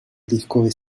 disco